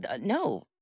no